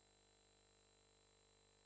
Grazie